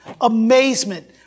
Amazement